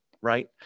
right